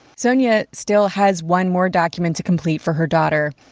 sonia still has one more document to complete for her daughter,